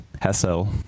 Hassel